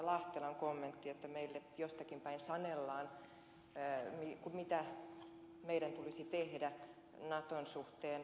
lahtelan kommentti että meille jostakin päin sanellaan mitä meidän tulisi tehdä naton suhteen